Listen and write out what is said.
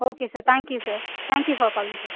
okay sir thank you sir thank you for calling sir